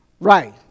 right